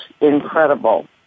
incredible